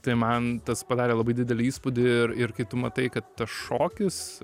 tai man tas padarė labai didelį įspūdį ir ir kai tu matai kad tas šokis